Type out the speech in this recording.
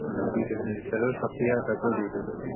तां फ्ही तुसें ते चलो सत्त ज्हार तक देई ओड़ओ